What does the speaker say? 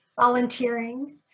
volunteering